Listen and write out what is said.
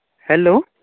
hello